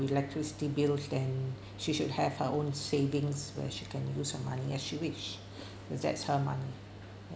electricity bills then she should have her own savings where she can use her money as she wish because thats her money